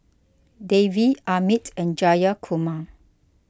Devi Amit and Jayakumar